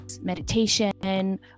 meditation